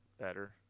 Better